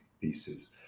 pieces